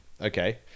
okay